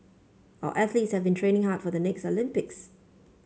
our athletes have been training hard for the next Olympics